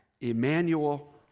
Emmanuel